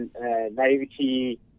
naivety